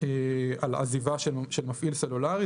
על עזיבה של מפעיל סלולרי.